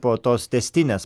po tos tęstinės